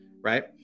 right